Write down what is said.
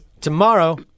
tomorrow